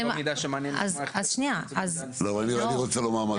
אני רוצה לומר משהו.